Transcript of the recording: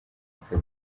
aka